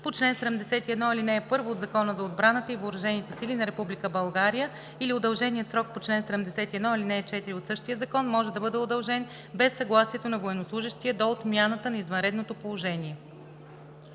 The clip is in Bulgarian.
по чл. 71, ал. 1 от Закона за отбраната и въоръжените сили на Република България или удълженият срок по чл. 71, ал. 4 от същия закон може да бъде удължен без съгласието на военнослужещия до отмяната на извънредното положение.“